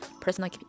personal